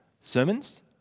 sermons